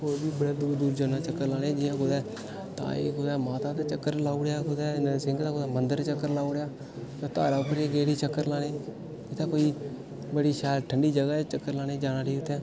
होर बी बड़ै दूर दूर जन्नां चक्कर लाने कुतै माता दे चक्कर लाई ओड़ेआ कुतै नरसिंगें दे कुतै मंदर चक्कर लाई ओड़ेआ धारा उप्पर गेई ठे चक्कर लाने ई बड़ी शैल ठंडी जगह् ऐ चक्कर लाने ई जाना ठी उत्थै